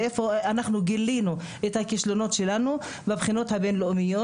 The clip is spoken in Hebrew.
גילינו את הכישלונות שלנו בבחינות הבין-לאומיות,